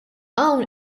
hawn